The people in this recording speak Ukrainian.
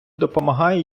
допомагає